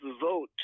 vote